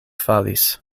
falis